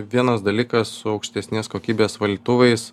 vienas dalykas su aukštesnės kokybės valytuvais